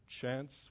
chance